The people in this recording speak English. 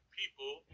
people